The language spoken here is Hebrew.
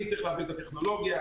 את הטכנולוגיה,